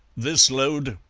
this load,